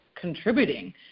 contributing